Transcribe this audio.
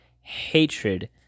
hatred